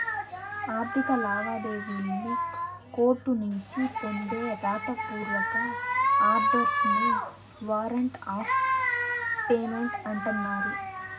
ఆర్థిక లావాదేవీల్లి కోర్టునుంచి పొందే రాత పూర్వక ఆర్డర్స్ నే వారంట్ ఆఫ్ పేమెంట్ అంటన్నారు